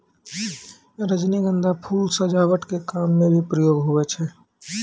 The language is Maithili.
रजनीगंधा फूल सजावट के काम मे भी प्रयोग हुवै छै